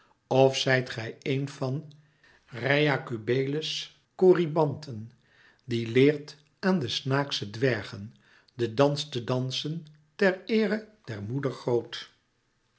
of zijt gij éen van rheia kubeles korybanten die leert aan de snaaksche dwergen den dans te dansen ter eere der moeder